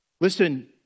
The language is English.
Listen